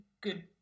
good